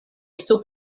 sub